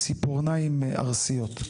ציפורניים ארסיות.